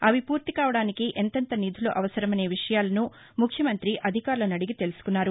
అవి పూర్తి కావడానికి ఎంతెంత నిధులు అవసరమనే విషయాలను ముఖ్యమంతి అధికారులను అడిగి తెలుసుకున్నారు